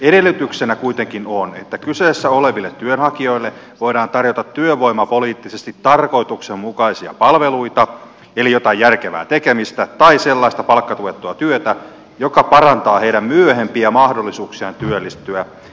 edellytyksenä kuitenkin on että kyseessä oleville työnhakijoille voidaan tarjota työvoimapoliittisesti tarkoituksenmukaisia palveluita eli jotain järkevää tekemistä tai sellaista palkkatuettua työtä joka parantaa heidän myöhempiä mahdollisuuksiaan työllistyä